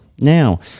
Now